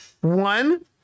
one